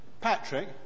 Patrick